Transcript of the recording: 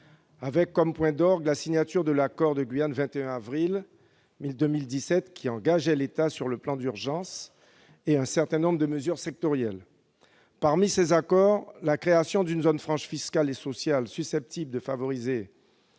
avec, comme point d'orgue, la signature de l'accord de Guyane du 21 avril 2017, qui engageait l'État sur le plan d'urgence et sur un certain nombre de mesures sectorielles. Parmi ces mesures, figurait la création d'une zone franche fiscale et sociale susceptible de favoriser